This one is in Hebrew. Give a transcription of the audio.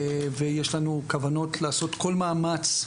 ויש לנו כוונות לעשות כל מאמץ,